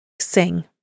sing